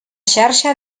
xarxa